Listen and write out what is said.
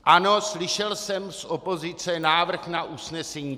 Ano, slyšel jsem z opozice návrh na usnesení.